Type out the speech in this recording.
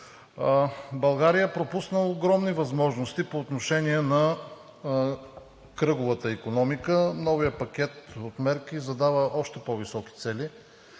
България пропусна огромни възможности по отношение на кръговата икономика. Новият пакет от мерки задава още по-високи цели.